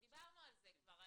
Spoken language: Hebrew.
דיברנו על זה כבר.